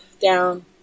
down